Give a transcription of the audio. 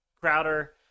Crowder